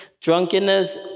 drunkenness